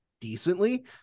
decently